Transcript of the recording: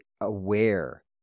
aware